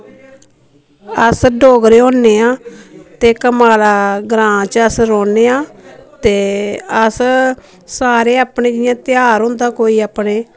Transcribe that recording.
अस डोगरे होन्ने आं ते कम्मारा ग्रां च अस रौह्न्ने आं ते अस सारे अपने जि'यां त्यार होंदा कोई अपने